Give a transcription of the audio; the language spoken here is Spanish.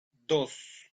dos